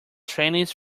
trainees